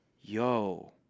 Yo